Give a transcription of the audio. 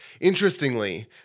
Interestingly